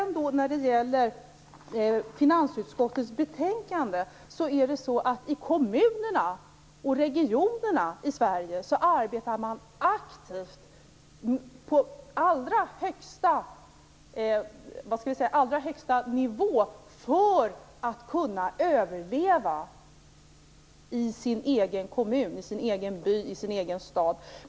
När det gäller finansutskottets betänkande är det så att man i kommunerna och i regionerna i Sverige arbetar aktivt på allra högsta nivå för att kunna överleva i sin egen kommun, by och stad.